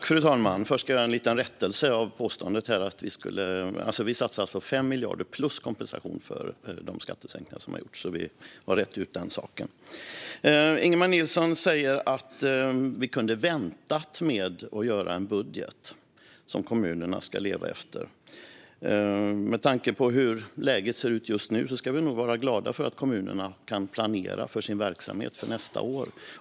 Fru talman! Först ska jag göra en rättelse av ett påstående. Vi satsar 5 miljarder och därtill kompensation för de skattesänkningar som har gjorts. Då har vi rett ut den saken. Ingemar Nilsson säger att vi kunde ha väntat med att göra en budget som kommunerna ska leva efter. Med tanke på hur läget ser ut just nu ska vi nog vara glada för att kommunerna kan planera för sin verksamhet för nästa år.